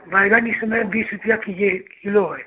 बैंगन इस समय बीस रुपया के जी किलो है